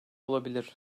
olabilir